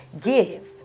give